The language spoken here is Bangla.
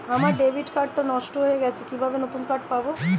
আমার ডেবিট কার্ড টা নষ্ট হয়ে গেছে কিভাবে নতুন কার্ড পাব?